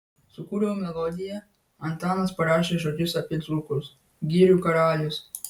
sukūriau melodiją antanas parašė žodžius apie dzūkus girių karalius